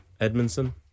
Edmondson